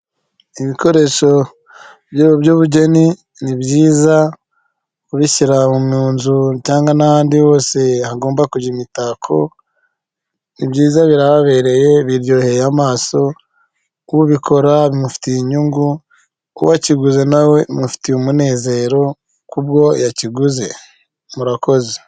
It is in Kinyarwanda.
Ibikoresho by’ubugeni ni byiza kubishyiramu mu nzu cyangwa na handi hose hagomba kugira imitako. N’ibyiza birababereye, biryoheye amaso. Kubikora bimufitiye inyungu, kuwakiguze nawe bimufitiye umunezero kubwo yakiguze. Murakoze.